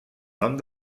nom